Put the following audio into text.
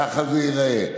ככה זה ייראה.